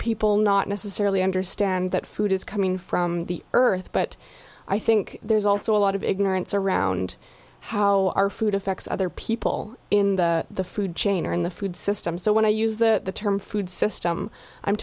people not necessarily understand that food is coming from the earth but i think there's also a lot of ignorance around how our food affects other people in the food chain or in the food system so when i use the term food system i'm